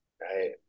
Right